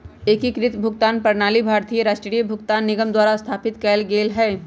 एकीकृत भुगतान प्रणाली भारतीय राष्ट्रीय भुगतान निगम द्वारा स्थापित कएल गेलइ ह